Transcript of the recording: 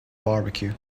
barbecue